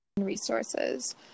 resources